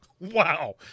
Wow